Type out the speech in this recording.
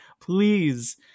please